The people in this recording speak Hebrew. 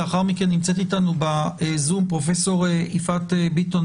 נמצאת אתנו בזום פרופ' יפעת ביטון,